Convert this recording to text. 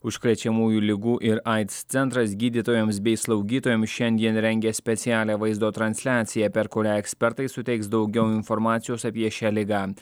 užkrečiamųjų ligų ir aids centras gydytojams bei slaugytojams šiandien rengia specialią vaizdo transliaciją per kurią ekspertai suteiks daugiau informacijos apie šią ligą